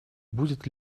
будет